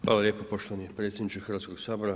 Hvala lijepo poštovani predsjedniče Hrvatskog sabora.